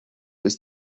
ist